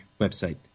website